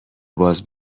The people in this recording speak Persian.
باز